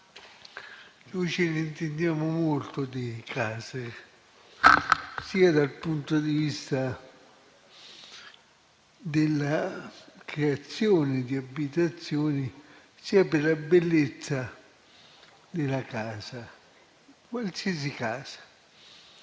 Noi ce ne intendiamo molto di case sia dal punto di vista della creazione di abitazioni, sia per la bellezza della casa, qualsiasi casa.